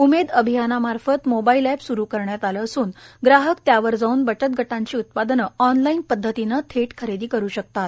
उमेद अभियानामार्फत mobile app स्रु करण्यात आले असून ग्राहक त्यावर जाऊन बचतगटांची उत्पादने ऑनलाईन पदधतीने थेट खरेदी करु शकतात